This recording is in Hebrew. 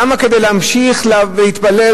למה כדי להמשיך לבוא ולהתפלל,